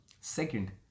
Second